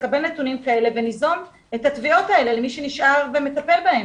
נקבל נתונים כאלה וניזום את התביעות האלה למי שנשאר ומטפל בהם.